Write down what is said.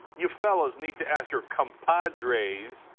you fellas need to ask your compadres,